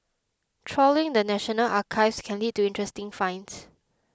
trawling the National Archives can lead to interesting finds